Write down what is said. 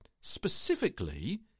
specifically